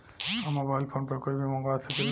हम mobile phone पर कुछ भी मंगवा सकिला?